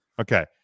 Okay